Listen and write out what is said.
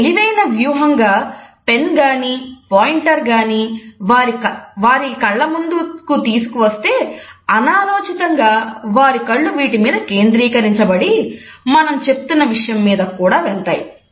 ఒక తెలివైన వ్యూహంగా పెన్ను గానీ పాయింటర్ గాని వారి కళ్ళ ముందుకు తీసుకువస్తే అనాలోచితంగా వారి కళ్ళు వీటి మీద కేంద్రీకరించబడి మనం చెబుతున్న విషయం మీదకు కూడా వెళతాయి